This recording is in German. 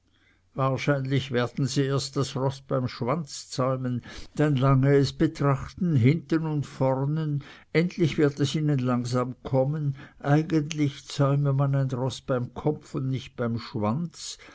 wahrscheinlich werden sie erst das roß beim schwanz zäumen dann lange es betrachten hinten und vornen endlich wird es ihnen langsam kommen eigentlich zäume man ein roß beim kopf und nicht beim schwanz